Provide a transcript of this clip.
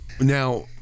now